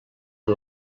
amb